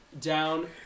down